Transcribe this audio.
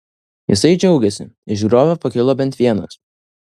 jisai džiaugėsi iš griovio pakilo bent vienas